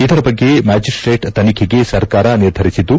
ಇದರ ಬಗ್ಗೆ ಮ್ಯಾಜಿಸ್ವೇಟ್ ತನಿಖೆಗೆ ಸರ್ಕಾರ ನಿರ್ಧರಿಸಿದ್ದು